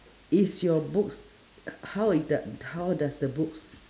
is your books how it d~ how does the books